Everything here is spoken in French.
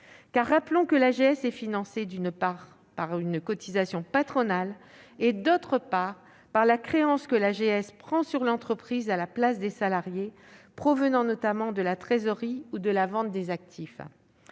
Rappelons que l'AGS est financée, d'une part, par une cotisation patronale, d'autre part, par la créance que l'AGS prend sur l'entreprise à la place des salariés, provenant notamment de la trésorerie ou de la vente des actifs.